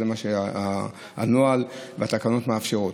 זה מה שהנוהל והתקנות מאפשרים.